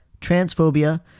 transphobia